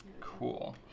Cool